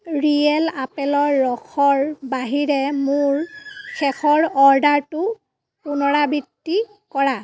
real আপেলৰ ৰসৰ বাহিৰে মোৰ শেষৰ অৰ্ডাৰটোৰ পুনৰাবৃত্তি কৰা